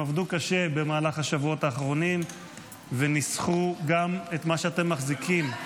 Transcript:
הם עבדו קשה במהלך השבועות האחרונים וניסחו גם את מה שאתם מחזיקים,